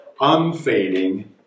unfading